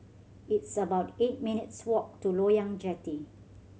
it's about eight minutes' walk to Loyang Jetty